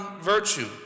virtue